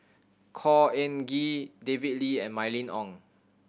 Khor Ean Ghee David Lee and Mylene Ong